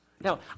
Now